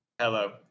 Hello